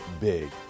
big